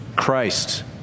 Christ